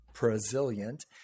resilient